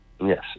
Yes